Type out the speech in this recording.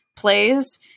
plays